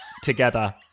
Together